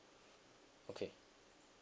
okay